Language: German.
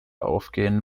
aufgehen